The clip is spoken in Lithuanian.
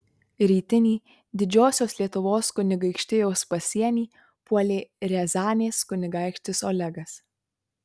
rytinį didžiosios lietuvos kunigaikštijos pasienį puolė riazanės kunigaikštis olegas